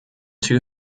two